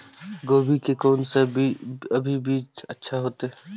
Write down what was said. गोभी के कोन से अभी बीज अच्छा होते?